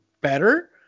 better